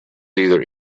either